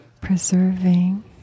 preserving